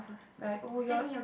like oh you're